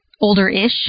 older-ish